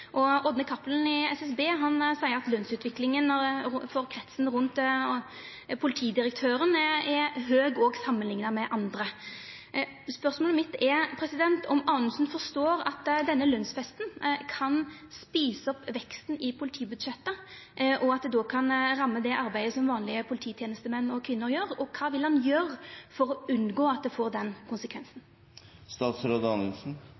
Cappelen i SSB seier at lønsutviklinga for kretsen rundt politidirektøren er høg òg samanlikna med andre. Spørsmålet mitt er om Anundsen forstår at denne lønsfesten kan eta opp veksten i politibudsjetta, og at det då kan ramma det arbeidet som vanlege polititenestemenn og -kvinner gjer. Kva vil han gjera for å unngå at det får den